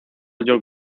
your